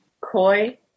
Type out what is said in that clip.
Coy